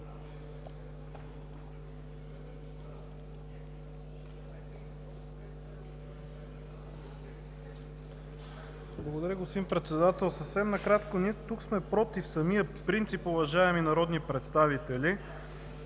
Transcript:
Благодаря Ви, господин Председател. Съвсем накратко: ние тук сме против самия принцип, уважаеми народни представители,